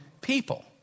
people